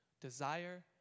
Desire